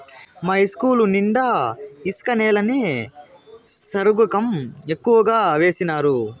మా ఇస్కూలు నిండా ఇసుక నేలని సరుగుకం ఎక్కువగా వేసినారు